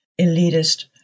elitist